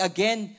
Again